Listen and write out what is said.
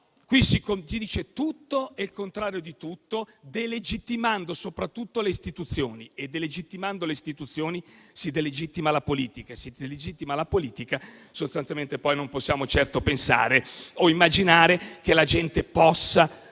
qui si dice tutto e il contrario di tutto, delegittimando soprattutto le istituzioni. Ma, delegittimando le istituzioni, si delegittima la politica e, se si delegittima la politica, non possiamo certo pensare o immaginare che la gente possa tornare